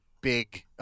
big